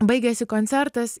baigėsi koncertas